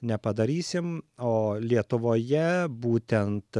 nepadarysim o lietuvoje būtent